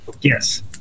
Yes